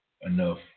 enough